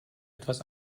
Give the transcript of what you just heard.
etwas